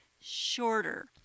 shorter